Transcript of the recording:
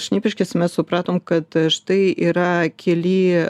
šnipiškėse mes supratome kad štai yra keli